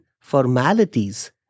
formalities